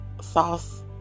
sauce